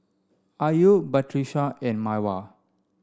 Ayu Batrisya and Mawar